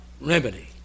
remedy